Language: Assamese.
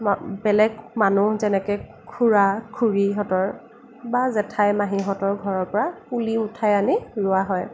বেলেগ মানুহ যেনেকৈ খুড়া খুড়ীহঁতৰ বা জেঠাই মাহীহঁতৰ ঘৰৰ পৰা পুলি উঠাই আনি ৰোৱা হয়